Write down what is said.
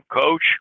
coach